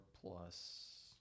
plus